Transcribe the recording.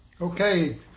Okay